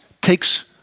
takes